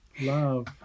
Love